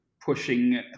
pushing